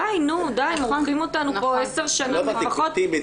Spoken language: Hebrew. די, נו, מורחים אותנו פה עשר שנים לפחות.